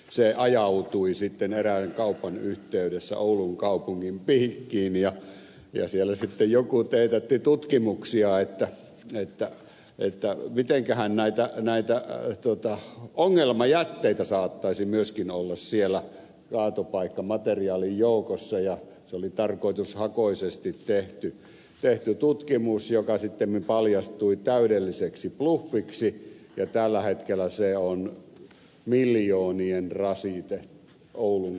se ajautui sitten erään kaupan yhteydessä oulun kaupungin piikkiin ja siellä sitten joku teetätti tutkimuksia siitä mitenkähän näitä ongelmajätteitä saattaisi myöskin olla siellä kaatopaikkamateriaalin joukossa ja se oli tarkoitushakuisesti tehty tutkimus joka sittemmin paljastui täydelliseksi bluffiksi ja tällä hetkellä se on miljoonien rasite oulun kaupungille